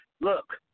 Look